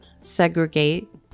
segregate